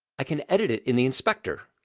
i can edit it in the inspector.